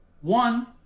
one